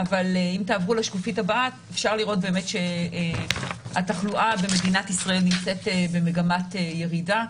בשקופית הבאה אפשר לראות שהתחלואה במדינת ישראל נמצאת במגמת ירידה.